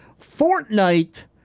Fortnite